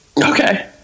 okay